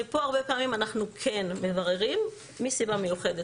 פה הרבה פעמים אנחנו כן מבררים מסיבה מיוחדת